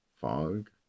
fog